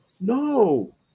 No